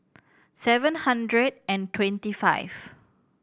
seven hundred and twenty five